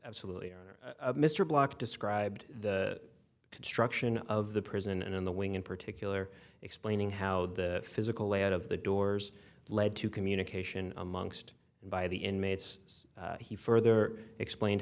absolutely mr block described the construction of the prison and in the wing in particular explaining how the physical layout of the doors led to communication amongst and by the inmates he further explain